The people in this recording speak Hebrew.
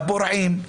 לפורעים,